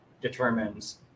determines